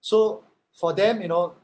so for them you know